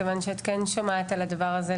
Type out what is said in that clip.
מכיוון שאת כן שומעת על הדבר הזה,